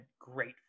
great